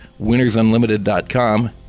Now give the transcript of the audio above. winnersunlimited.com